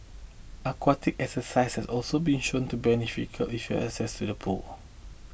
aquatic exercises also been shown to be beneficial if you access to a pool